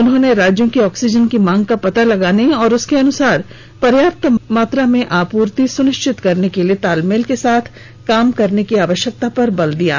उन्होंने राज्यों की ऑक्सीजन की मांग का पता लगाने और उसके अनुसार पर्याप्त मात्रा में आपूर्ति सुनिश्चित करने के लिए तालमेल के साथ काम करने की आवश्यकता पर बल दिया गया